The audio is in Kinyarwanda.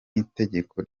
itegeko